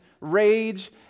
rage